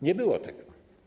Nie było tego.